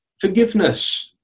forgiveness